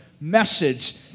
message